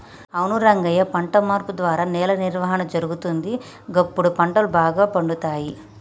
అవును రంగయ్య పంట మార్పు ద్వారా నేల నిర్వహణ జరుగుతుంది, గప్పుడు పంటలు బాగా పండుతాయి